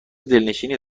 دلنشینی